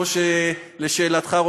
לשאלתך,